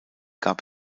gab